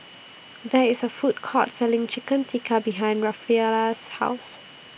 There IS A Food Court Selling Chicken Tikka behind Rafaela's House